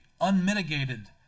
unmitigated